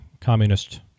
communist